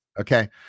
Okay